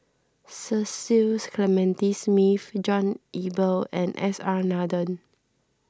Cecil Clementi Smith John Eber and S R Nathan